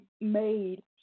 made